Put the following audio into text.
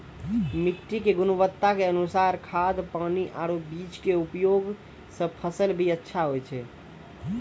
मिट्टी के गुणवत्ता के अनुसार खाद, पानी आरो बीज के उपयोग सॅ फसल भी अच्छा होय छै